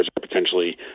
potentially